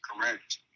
correct